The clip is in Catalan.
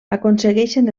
aconsegueixen